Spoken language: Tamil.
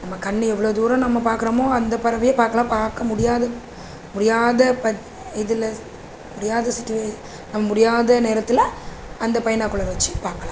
நம்ம கண்ணு எவ்வளோ தூரம் நம்ம பார்க்குறமோ அந்த பறவையை பார்க்கலாம் பார்க்க முடியாது முடியாத ப இதில் முடியாத சுச்வே நம் முடியாத நேரத்தில் அந்த பைனாகுலர் வச்சு பார்க்கலாம்